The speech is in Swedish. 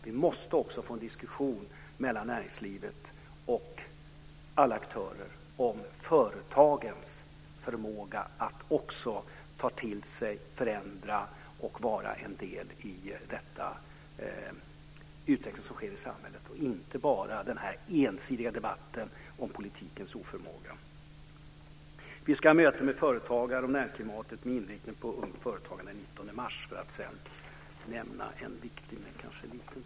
Vi måste också få en diskussion mellan näringslivet och alla aktörer om företagens förmåga att också ta till sig, förändra och vara en del i den utveckling som sker i samhället. Det får inte bara vara den här ensidiga debatten om politikens oförmåga. Vi ska ha möten med företagare om näringsklimatet med inriktning på ungt företagande den 19 mars för att nämna en annan viktig, om än kanske liten, punkt i detta sammanhang.